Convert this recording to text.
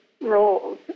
roles